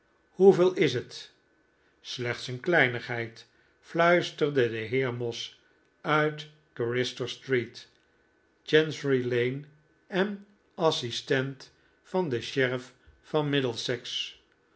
hoeveel is het slechts een kleinigheid fluisterde de heer moss uit cursitor street chancery lane en assistent van den sheriff van middlesex